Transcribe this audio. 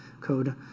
code